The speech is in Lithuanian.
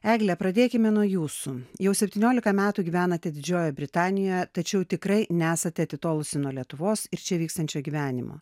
egle pradėkime nuo jūsų jau septyniolika metų gyvenate didžiojoje britanijoje tačiau tikrai nesate atitolusi nuo lietuvos ir čia vykstančio gyvenimo